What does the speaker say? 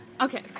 Okay